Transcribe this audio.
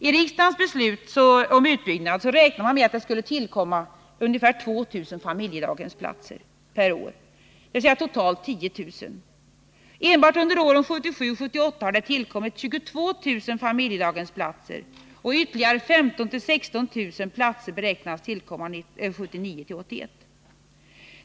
I riksdagens beslut om utbyggnad räknar man med att det skall tillkomma ungefär 2 000 familjedaghemsplatser per år, dvs. totalt 10 000. Enbart under åren 1977 och 1978 har 22 000 familjedaghemsplatser tillkommit och ytterligare 15 000-16 000 platser beräknats tillkomma 1979-1981.